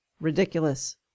Ridiculous